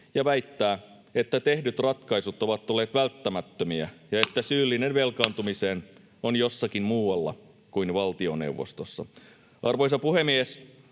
ja väittää, että tehdyt ratkaisut ovat olleet välttämättömiä ja että syyllinen velkaantumiseen on jossakin muualla kuin valtioneuvostossa. Arvoisa puhemies!